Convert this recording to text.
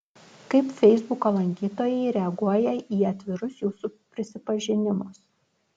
kaip feisbuko lankytojai reaguoja į atvirus jūsų prisipažinimus